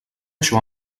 això